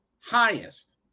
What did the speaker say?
highest